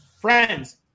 friends